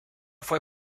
fue